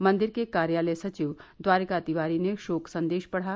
मंदिर के कार्यालय सचिव द्वारिका तिवारी ने शोक संदेश पढ़ा